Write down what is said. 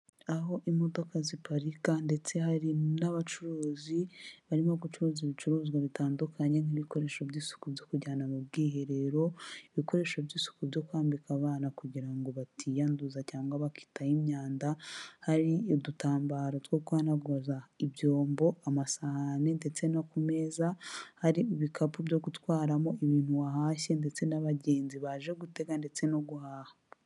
Aho imodoka ziparika ndetse hari n'abacuruzi barimo gucuruza ibicuruzwa bitandukanye, nk'ibikoresho by'isuku byo kujyana mu bwiherero. Ibikoresho by'isuku byo kwambika abana kugira ngo batiyanduza cyangwa bakitaho imyanda. Hari udutambaro two guhanaguza ibyombo, amasahani ndetse no ku meza, hari ibikapu byo gutwaramo ibintu wahashye ndetse n'abagenzi baje gutega ndetse no guhaha.